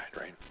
right